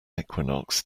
equinox